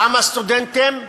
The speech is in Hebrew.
למה סטודנטים?